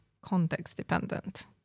context-dependent